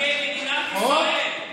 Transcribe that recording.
זה חוק במדינת ישראל, זה לא קומבינה.